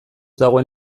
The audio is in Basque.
dagoen